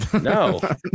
No